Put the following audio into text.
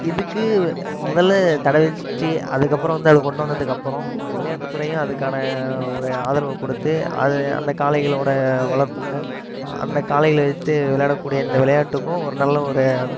இதுக்கு முதலில் தடை விதித்து அதுக்கு அப்புறம் வந்து அது கொண்டு வந்ததுக்கு அப்புறம் விளையாட்டுத் துறையும் அதுக்கான ஒரு ஆதரவை கொடுத்து அது அந்த காளைகளோட வளர்ப்புக்கும் அந்த காளைகளை வைத்து விளையாடக்கூடிய இந்த விளையாட்டுக்கும் ஒரு நல்ல ஒரு